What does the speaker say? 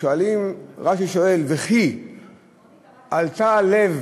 רש"י שואל: וכי עלתה על לב